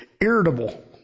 irritable